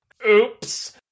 Oops